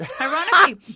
Ironically